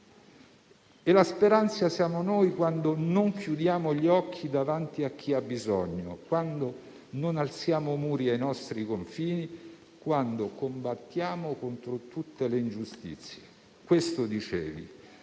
e la speranza siamo noi quando non chiudiamo gli occhi davanti a chi ha bisogno, quando non alziamo muri ai nostri confini, quando combattiamo contro tutte le ingiustizie». Davanti